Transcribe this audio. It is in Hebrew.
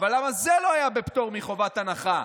אבל זה לא היה בפטור מחובת הנחה.